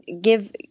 give